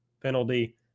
penalty